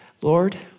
Lord